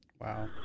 Wow